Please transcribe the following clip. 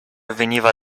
veniva